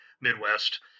Midwest